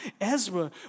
Ezra